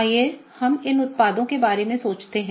आइए हम इन उत्पादों के बारे में सोचते हैं